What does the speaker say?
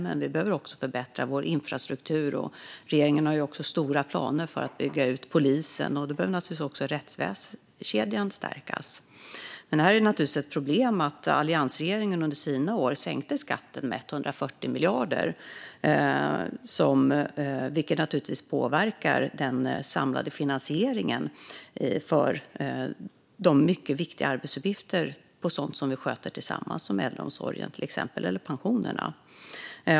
Men vi behöver också förbättra vår infrastruktur. Regeringen har också stora planer på att bygga ut polisen. Då behöver naturligtvis också rättskedjan stärkas. Här är det ett problem att alliansregeringen under sina år sänkte skatten med 140 miljarder, vilket naturligtvis påverkar den samlade finansieringen för de mycket viktiga arbetsuppgifter vi har och sådant som vi sköter tillsammans som till exempel äldreomsorgen eller pensionerna.